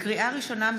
לקריאה ראשונה,